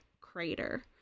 crater